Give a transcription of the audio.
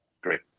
Great